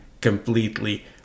completely